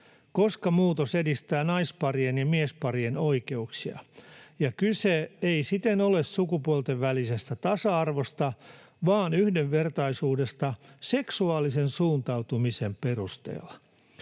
koska muutos edistää naisparien ja miesparien oikeuksia, ja kyse ei siten ole sukupuolten välisestä tasa-arvosta, vaan yhdenvertaisuudesta seksuaalisen suuntautumisen perusteella.